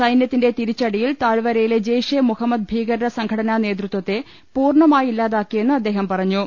സൈനൃത്തിന്റെ തിരിച്ചടിയിൽ താഴ്വരയിലെ ജയ്ഷെ മുഹമ്മദ് ഭീകരസംഘടനാ നേതൃത്വത്തെ പൂർണ്ണമായി ഇല്ലാതാക്കിയെന്ന് അദ്ദേഹം പറഞ്ഞു